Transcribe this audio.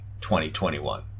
2021